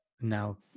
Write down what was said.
now